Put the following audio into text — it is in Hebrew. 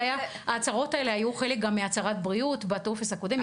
ההצהרות האלה היו גם חלק מהצהרת הבריאות בטופס הקודם,